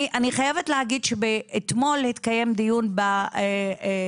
אני חייבת להגיד שאתמול התקיים דיון בוועדת